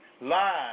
Live